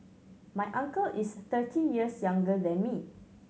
my uncle is thirty years younger than me